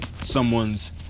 someone's